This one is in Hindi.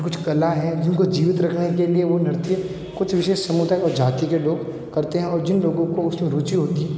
कुछ कला है जिनको जीवित रखने के लिए वो नृत्य कुछ विशेष समुदाए और जाति के लोग करते हैं और जिन लोगों को उसमें रुचि होती है